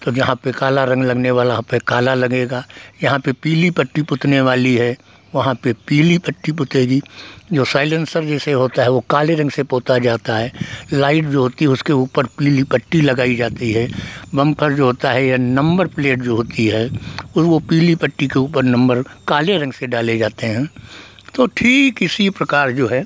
तो जहाँ पर काला रंग लगने वाला है वहाँ पर काला लगेगा जहाँ पर पीली पट्टी पुतने वाली है वहाँ पर पीली पट्टी पुतेगी जो साइलेन्सर जैसे होता है वह काले रंग से पोता जाता है लाइट जो होती है उसके ऊपर पीली पट्टी लगाई जाती है बम्पर जो होता है या नंबर प्लेट जो होती है और वह पीली पट्टी के ऊपर नंबर काले रंग से डाले जाते हैं तो ठीक इसी प्रकार जो है